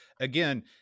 again